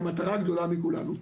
כי המטרה גדולה מכולנו.